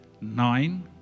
Nine